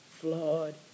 flawed